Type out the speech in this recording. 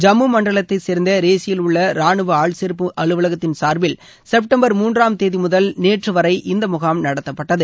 ஜம்மு மண்டலத்தைச் சேர்ந்த ரேசியில் உள்ள ராணுவ ஆள் சேர்ப்பு அலுவலகத்தின் சார்பில் செப்டம்பர் மூன்றாம் தேதி முதல் நேற்று வரை இந்த முகாம் நடத்தப்பட்டது